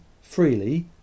freely